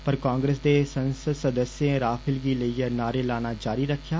पर कांग्रेस दे संसद सदस्ये राफेल गी लेइयै नारे लाना जारी रक्खेआ